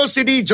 City